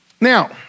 Now